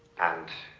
and.